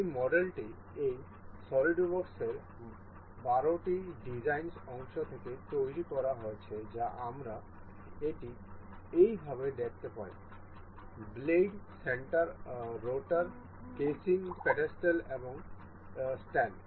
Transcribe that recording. এই মডেলটি এই সলিডওয়ার্কস এর 12 টি ডিজাইনস অংশ থেকে তৈরি করা হয়েছে যা আমরা এটি এই ভাবে দেখতে পারি ব্লেড স্ট্যাটারের রটার কেসিং পেডেস্টাল এবং স্ট্যান্ড